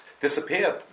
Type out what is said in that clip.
disappeared